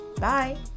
Bye